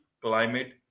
climate